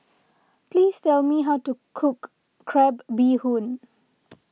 please tell me how to cook Crab Bee Hoon